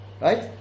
Right